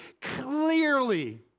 clearly